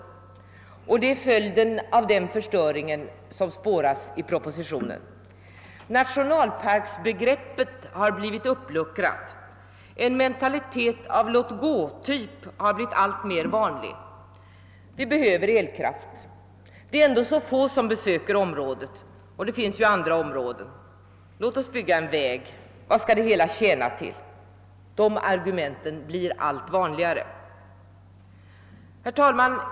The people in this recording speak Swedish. Det är följden av denna förstöring som spåras i propositionen. Nationalparksbegreppet har = blivit uppluckrat, och en låt-gå-mentalitet har blivit alltmer vanlig. Vi behöver elkraft, det är ändå så få som besöker området, det finns ju andra områden, låt oss bygga en väg, vad skall det hela tjäna till, det är argument som blir alltmer vanligare. Herr talman!